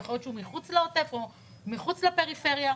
יכול להיות שהוא מחוץ לעוטף או מחוץ לפריפריה.